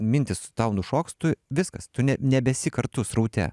mintys tau nušoks tu viskas tu ne nebesi kartu sraute